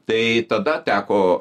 tai tada teko